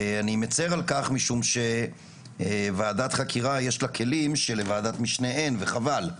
ואני מצר על כך משום שלוועדת חקירה יש לה כלים שלוועדת משנה אין וחבל,